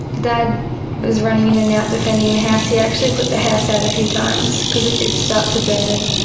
dad was running in and out defending the house. he actually put the house out a few times because it did start to burn